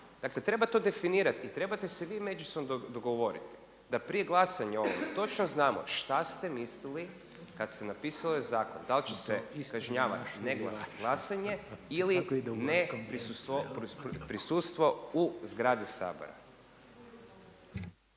Dakle treba to definirati i trebate se vi međusobno dogovoriti da prije glasanja o ovome točno znamo šta ste mislili kad ste napisali u zakon dal će se kažnjavati neglasanje i glasanje ili neprisutstvo, prisustvo u zgradi sabora.